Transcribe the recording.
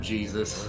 Jesus